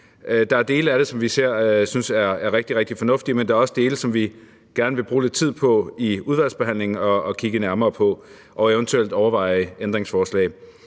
Der er dele af det, som vi synes er rigtig, rigtig fornuftige, men der er også dele, som vi gerne vil bruge lidt tid på i udvalgsbehandlingen at kigge nærmere på og eventuelt overveje ændringsforslag